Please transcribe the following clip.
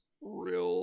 real